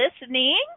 listening